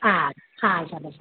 હા હા સારું સારું